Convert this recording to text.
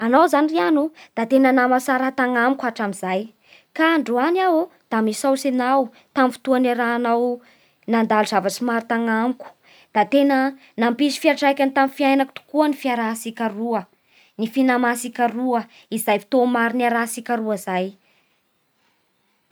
Anao zany ry ano da tena nama tsara tanamiko hatramin'izay, ka androany aho da misaotsy anao tamin'ny fotoa niarahanao nandalo zavatsy maro tanamiko, da tena nampisy fiantraikany fiainako tokoa ny fiarahantsika roa, ny finamatsika roa, izay fotoa maro miarahatsika roa zay